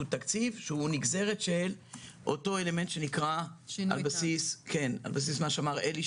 תקציב שהוא נגזרת של אותו אלמנט על בסיס מה שאמר עלי,